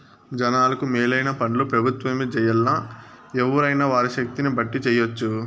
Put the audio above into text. జనాలకు మేలైన పన్లు పెబుత్వమే జెయ్యాల్లా, ఎవ్వురైనా వారి శక్తిని బట్టి జెయ్యెచ్చు